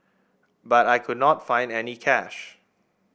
but I could not find any cash